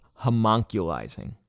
homunculizing